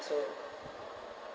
so